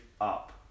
up